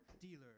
dealer